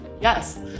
yes